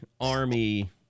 Army